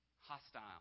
Hostile